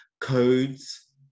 codes